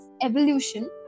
evolution